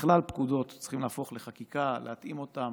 בכלל, פקודות צריכות להפוך לחקיקה, להתאים אותן